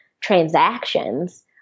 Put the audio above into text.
transactions